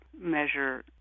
measure